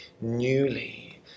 newly